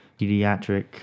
pediatric